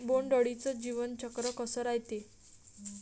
बोंड अळीचं जीवनचक्र कस रायते?